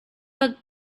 bug